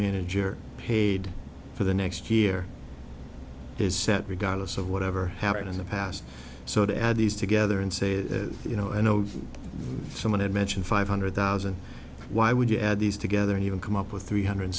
manager paid for the next year is set we got a list of whatever happened in the past so to add these together and say you know i know someone had mentioned five hundred thousand why would you add these together and even come up with three hundred